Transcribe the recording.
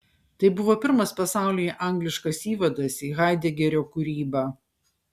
tai buvo pirmas pasaulyje angliškas įvadas į haidegerio kūrybą